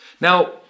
Now